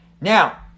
Now